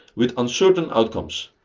with uncertain outcomes.